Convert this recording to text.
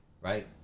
right